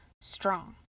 strong